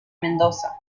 mendoza